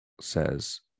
says